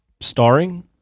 starring